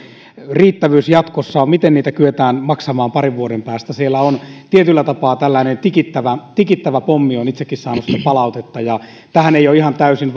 riittävyys jatkossa on miten sitä kyetään maksamaan parin vuoden päästä siellä on tietyllä tapaa tällainen tikittävä tikittävä pommi olen itsekin saanut siitä palautetta ja tähän ei ole ihan täysin